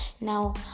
Now